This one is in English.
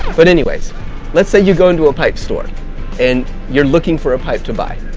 but anyways let's say you go into a pipe store and you're looking for a pipe to buy,